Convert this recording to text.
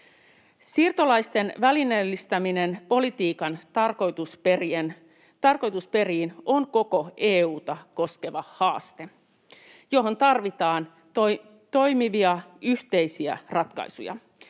Siirtolaisten välineellistäminen politiikan tarkoitusperiin on koko EU:ta koskeva haaste, johon tarvitaan toimivia, yhteisiä ratkaisuja.